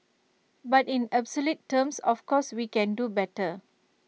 but in absolute terms of course we can do better